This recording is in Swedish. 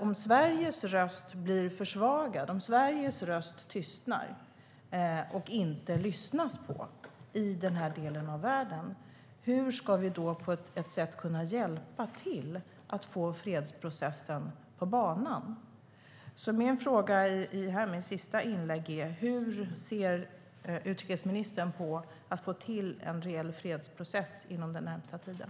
Om Sveriges röst blir försvagad, tystnar och inte lyssnas på i den här delen av världen, hur ska vi då kunna hjälpa till att få fredsprocessen på banan? Min fråga i mitt sista inlägg är: Hur ser utrikesministern på att få till en reell fredsprocess inom den närmsta tiden?